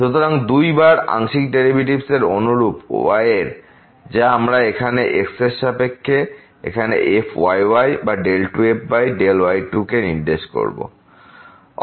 সুতরাং দুই বার আংশিক ডেরিভেটিভের অনুরূপ y এর যা আমরা এখানে x এর সাপেক্ষে এখানে fyy বা 2fy2কে নির্দেশ করব